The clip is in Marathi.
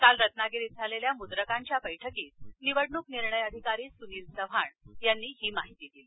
काल रत्नागिरीत झालेल्या मुद्रकांच्या बैठकीत निवडणूक निर्णय अधिकारी सुनील चव्हाण यांनी ही माहिती दिली